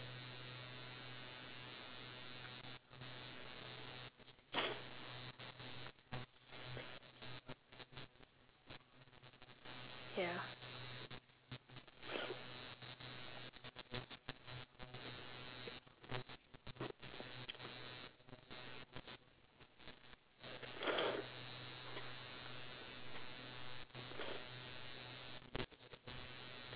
ya